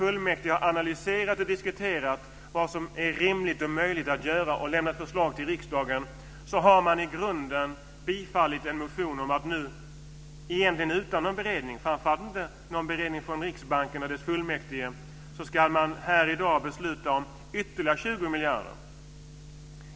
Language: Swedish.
Fullmäktige har analyserat och diskuterat vad som är rimligt och möjligt att göra och har lämnat förslag till riksdagen, och nu ska riksdagen i grunden bifalla en motion - egentligen utan någon beredning, framför allt inte av Riksbanken och fullmäktige - om utdelning av ytterligare 20 miljarder.